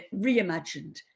reimagined